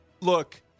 Look